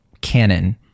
canon